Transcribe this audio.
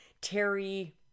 Terry